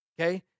Okay